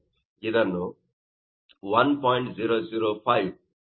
ಇದನ್ನು 1